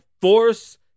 force